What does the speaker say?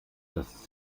das